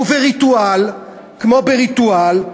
ובריטואל כמו בריטואל,